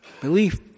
Belief